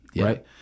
right